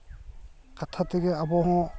ᱠᱟᱛᱷᱟ ᱛᱮᱜᱮ ᱟᱵᱚ ᱦᱚᱸ